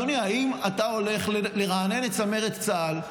אדוני: האם אתה הולך לרענן את צמרת צה"ל?